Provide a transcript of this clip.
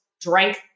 drank